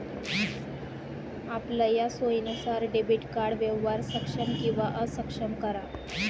आपलया सोयीनुसार debit card व्यवहार सक्षम किंवा अक्षम करा